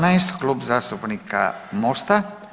12., Klub zastupnika Mosta.